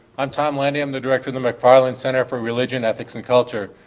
i'm tom landy, i'm the director of the mcfarland center for religion, ethics and culture.